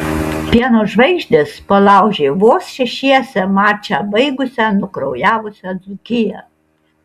pieno žvaigždės palaužė vos šešiese mačą baigusią nukraujavusią dzūkiją